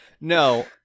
no